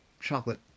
chocolate